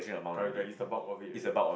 correct correct is above of it already what